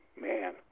man